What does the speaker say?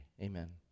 Amen